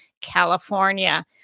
California